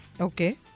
Okay